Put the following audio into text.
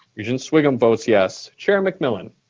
regent sviggum votes yes. chair mcmillan?